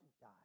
die